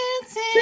dancing